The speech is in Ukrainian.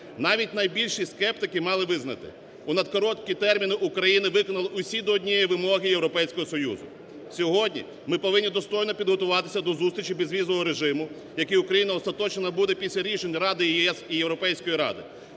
Навіть найбільші скептики мали визнати: у надкороткі терміни Україна виконала всі до однієї вимоги Європейського Союзу. Сьогодні ми повинні достойно підготуватися до зустрічі безвізового режиму, який Україна остаточно набуде після рішень Ради ЄС і Європейської Ради.